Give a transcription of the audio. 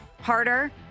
harder